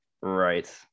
right